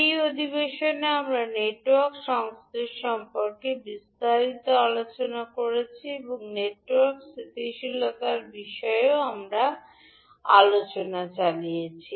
এই অধিবেশনে আমরা নেটওয়ার্ক সংশ্লেষ সম্পর্কে বিস্তারিত আলোচনা করেছি এবং নেটওয়ার্ক স্থিতিশীলতার বিষয়ে আমাদের আলোচনাও চালিয়েছি